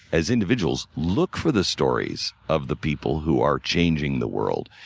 as individuals, look for the stories of the people who are changing the world.